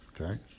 okay